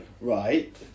Right